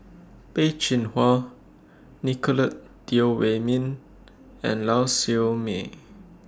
Peh Chin Hua Nicolette Teo Wei Min and Lau Siew Mei